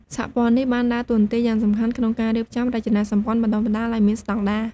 សហព័ន្ធនេះបានដើរតួនាទីយ៉ាងសំខាន់ក្នុងការរៀបចំរចនាសម្ព័ន្ធបណ្ដុះបណ្ដាលឲ្យមានស្តង់ដារ។